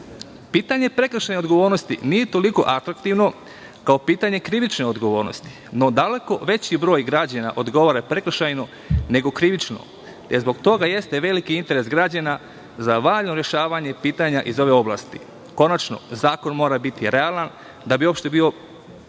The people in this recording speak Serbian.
štite. Pitanje prekršajne odgovornosti nije toliko atraktivno kao pitanje kri-vične odgovornosti. No, daleko veći broj građana odgovara prekršajno nego krivično i zbog toga jeste veliki interes građana za valjano rešavanje pitanja iz ove oblasti. Konačno, zakon mora biti realan da bi uopšte bio primenjiv,